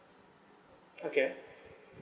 okay